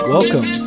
Welcome